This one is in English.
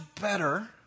better